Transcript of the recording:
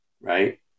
right